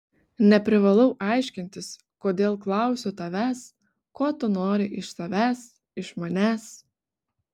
neprivalau aiškintis kodėl klausiu tavęs ko tu nori iš savęs iš manęs